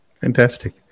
Fantastic